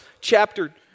chapter